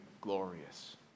glorious